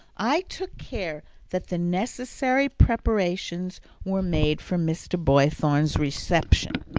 i took care that the necessary preparations were made for mr. boythorn's reception,